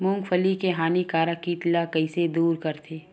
मूंगफली के हानिकारक कीट ला कइसे दूर करथे?